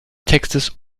textes